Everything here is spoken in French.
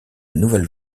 nouvelle